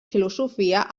filosofia